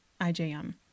IJM